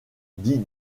dit